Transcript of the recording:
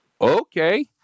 Okay